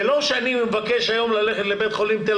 זה לא שאני מבקש היום ללכת לבית חולים תל